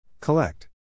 Collect